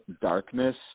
darkness